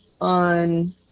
on